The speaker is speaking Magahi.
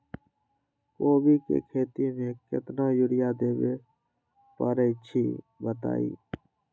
कोबी के खेती मे केतना यूरिया देबे परईछी बताई?